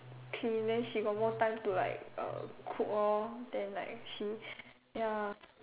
clean then she got more time to like uh cook lor then like she ya